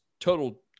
total